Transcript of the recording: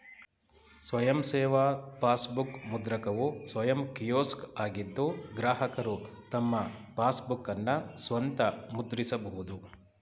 ಸ್ವಯಂ ಸೇವಾ ಪಾಸ್ಬುಕ್ ಮುದ್ರಕವು ಸ್ವಯಂ ಕಿಯೋಸ್ಕ್ ಆಗಿದ್ದು ಗ್ರಾಹಕರು ತಮ್ಮ ಪಾಸ್ಬುಕ್ಅನ್ನ ಸ್ವಂತ ಮುದ್ರಿಸಬಹುದು